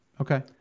Okay